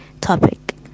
topic